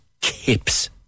kips